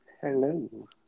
Hello